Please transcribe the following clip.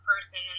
person